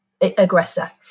aggressor